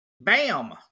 bam